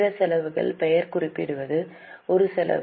பிற செலவுகள் பெயர் குறிப்பிடுவது ஒரு செலவு